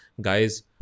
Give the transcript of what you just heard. Guys